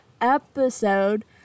episode